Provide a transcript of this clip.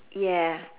ya